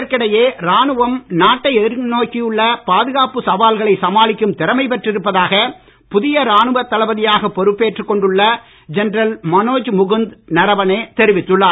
இதற்கிடையே ராணுவம் நாட்டை எதிர்நோக்கியுள்ள பாதுகாப்புச் சவால்களை சமாளிக்கும் திறமை பெற்றிருப்பதாக புதிய ராணுவத் தளபதியாக பொறுப்பேற்றுக் கொண்டுள்ள ஜெனரல் மனோஜ் முகுந்த் நரவனே தெரிவித்துள்ளார்